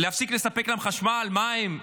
להפסיק לספק להם חשמל, מים,